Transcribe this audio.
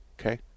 Okay